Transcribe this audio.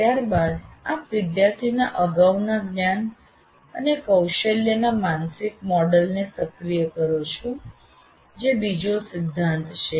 ત્યાર બાદ આપ વિદ્યાર્થીના અગાઉના જ્ઞાન અને કૌશલ્યના માનસિક મોડેલ ને સક્રિય કરો છો જે બીજો સિદ્ધાંત છે